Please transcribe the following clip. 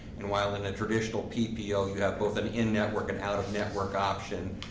and while in a traditional ppo ppo you have both an in-network and out-of-network option,